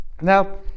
Now